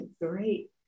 Great